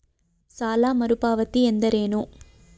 ಸಾಲ ಮರುಪಾವತಿ ಎಂದರೇನು?